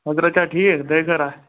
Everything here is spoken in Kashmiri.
حضرت چھا ٹھیٖک دٔے خٲرا